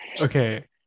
Okay